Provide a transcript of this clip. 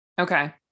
Okay